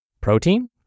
Protein